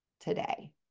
today